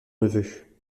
neveu